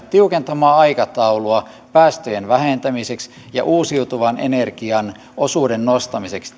tiukentamaan aikataulua päästöjen vähentämiseksi ja uusiutuvan energian osuuden nostamiseksi